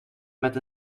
met